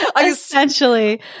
Essentially